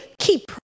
keep